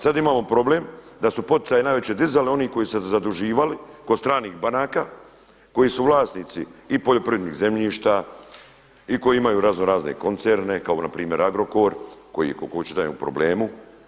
Sad imamo problem da su poticaje najviše dizali oni koji su se zaduživali kod stranih banaka, koji su vlasnici i poljoprivrednih zemljišta i koji imaju razno razne koncerne kao na primjer Agrokor koji je kako čitam u problemu.